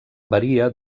varia